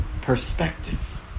perspective